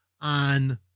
on